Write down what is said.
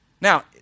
Now